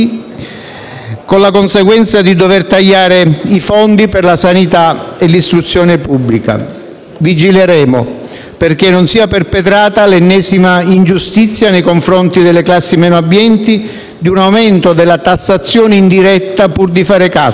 con la conseguenza di dover tagliare i fondi per sanità e istruzione pubblica. Vigileremo perché non sia perpetrata l'ennesima ingiustizia nei confronti delle classi meno abbienti, di un aumento della tassazione indiretta pur di fare cassa,